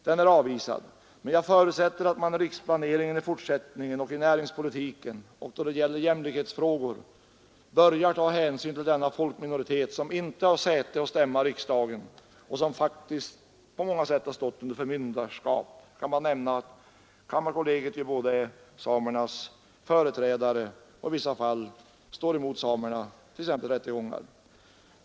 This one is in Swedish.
Den är avvisad, men jag förutsätter att man i riksplaneringen i fortsättningen och i näringspolitiken då det gäller jämlikhetsfrågor börjar ta hänsyn till denna folkminoritet, som inte har säte och stämma i riksdagen och som faktiskt på många sätt har stått under förmynderskap — det kan nämnas att kammarkollegiet är både företrädare för samerna och, i vissa fall, samernas motpart, t.ex. i samband med rättegångar.